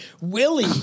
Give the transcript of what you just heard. Willie